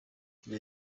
nzi